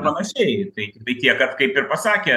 panašiai tai tiktai tiek kad kaip ir pasakė